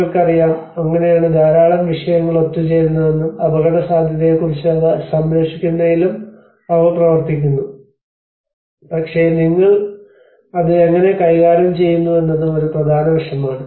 നിങ്ങൾക്കറിയാം അങ്ങനെയാണ് ധാരാളം വിഷയങ്ങൾ ഒത്തുചേരുന്നതെന്നും അപകടസാധ്യതയെക്കുറിച്ചും അവ സംരക്ഷിക്കുന്നതിലും അവ പ്രവർത്തിക്കുന്നു പക്ഷേ നിങ്ങൾ അത് എങ്ങനെ കൈകാര്യം ചെയ്യുന്നുവെന്നതും ഒരു പ്രധാന വശമാണ്